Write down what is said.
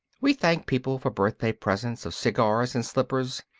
we thank people for birthday presents of cigars and slippers.